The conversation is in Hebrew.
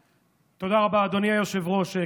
רבה, אדוני היושב-ראש.